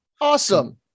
Awesome